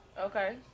Okay